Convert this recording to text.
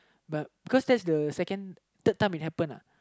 but cause that's the second third time it happen lah